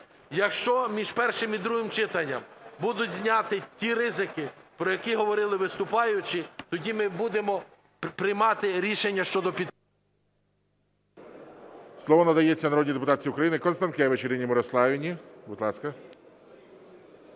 Якщо між першим і другим читанням будуть зняті ті ризики, про які говорили виступаючі, тоді ми будемо приймати рішення щодо… ГОЛОВУЮЧИЙ. Слово надається народній депутатці України Констанкевич Ірині Мирославівні. Будь ласка.